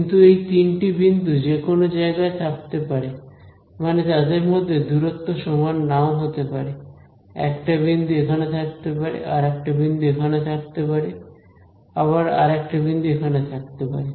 কিন্তু এই তিনটি বিন্দু যেকোনো জায়গায় থাকতে পারে মানে তাদের মধ্যে দূরত্ব সমান নাও হতে পারে একটা বিন্দু এখানে থাকতে পারে আর একটা বিন্দু এখানে থাকতে পারে আবার আর একটা বিন্দু এখানে থাকতে পারে